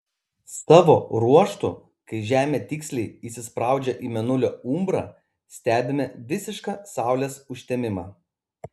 savo ruožtu kai žemė tiksliai įsispraudžia į mėnulio umbrą stebime visišką saulės užtemimą